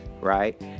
right